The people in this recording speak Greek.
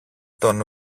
τον